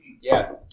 Yes